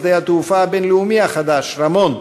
שדה התעופה הבין-לאומי החדש רמון,